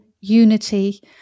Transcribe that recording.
unity